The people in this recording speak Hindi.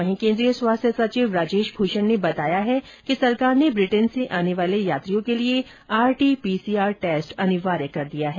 वहीं केन्द्रीय स्वास्थ्य सचिव राजेश भूषण ने बताया है कि सरकार ने ब्रिटेन से आने वाले यात्रियों के लिए आरटीपीसीआर टेस्ट अनिवार्य कर दिया है